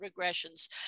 regressions